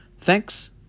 Thanks